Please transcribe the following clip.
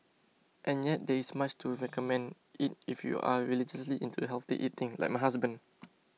and yet there is much to recommend it if you are religiously into healthy eating like my husband